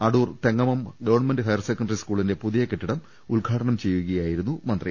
Adoor Thengamam government higher secondary സ്കൂളിന്റെ പുതിയ കെട്ടിടം ഉദ്ഘാടനം ചെയ്യുകയായിരുന്നു മന്ത്രി